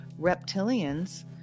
reptilians